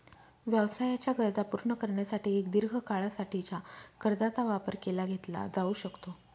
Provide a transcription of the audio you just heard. व्यवसायाच्या गरजा पूर्ण करण्यासाठी एक दीर्घ काळा साठीच्या कर्जाचा वापर केला घेतला जाऊ शकतो